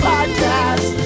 Podcast